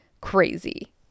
crazy